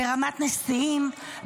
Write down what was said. ברמת נשיאים,